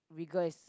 rigor is